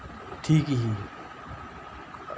ठीक ही